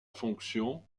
fonction